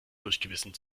durchgebissen